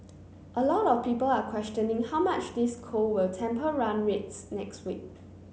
a lot of people are questioning how much this cold will temper run rates next week